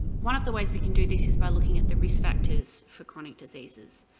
one of the ways we can do this is by looking at the risk factors for chronic diseases.